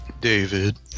David